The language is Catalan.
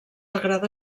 agrada